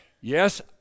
Yes